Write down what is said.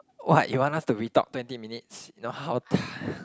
what you want us to retalk twenty minutes you know how